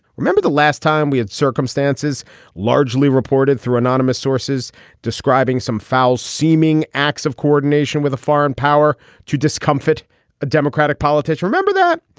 remember the last time we had circumstances largely reported through anonymous sources describing some foul seeming acts of coordination with a foreign power to discomfort a democratic politics. remember that.